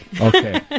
Okay